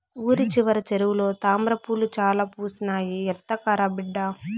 ఊరి చివర చెరువులో తామ్రపూలు చాలా పూసినాయి, ఎత్తకరా బిడ్డా